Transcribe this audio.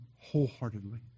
wholeheartedly